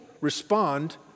respond